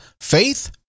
faith